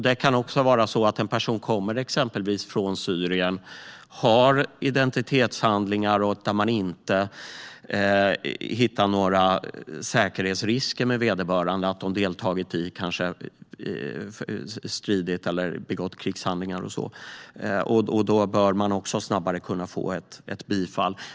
En person som kommer från exempelvis Syrien och som har identitetshandlingar bör kunna få bifall snabbare, om man inte hittar några säkerhetsrisker med vederbörande såsom att personen deltagit i strider eller begått krigshandlingar.